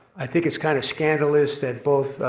i think it's kind of scandalous that both